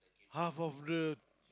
half of the